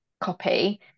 Copy